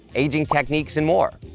aging techniques and more.